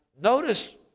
notice